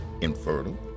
infertile